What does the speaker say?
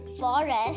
forest